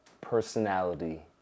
personality